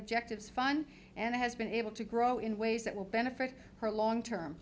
objectives fun and has been able to grow in ways that will benefit her long term